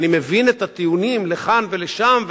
אני מבין את הטיעונים לכאן ולשם,